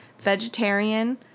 vegetarian